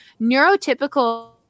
neurotypical